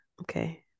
Okay